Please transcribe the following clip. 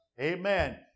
Amen